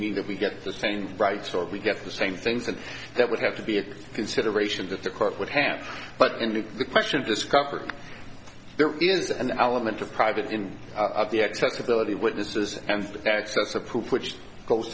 me that we get the same rights or we get the same things and that would have to be a consideration that the court would have but only the question discovered there is an element of private in the accessibility witnesses and access of proof which goes